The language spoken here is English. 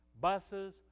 buses